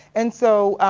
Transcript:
and so,